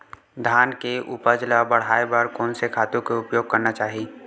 धान के उपज ल बढ़ाये बर कोन से खातु के उपयोग करना चाही?